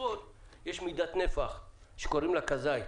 יש מידת נפח שקוראים לה כזית.